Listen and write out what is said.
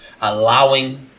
allowing